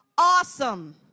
Awesome